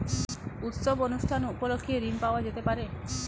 উৎসব অনুষ্ঠান উপলক্ষে ঋণ পাওয়া যেতে পারে?